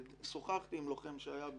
שוחחתי עם לוחם שהיה באשפוז,